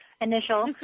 initial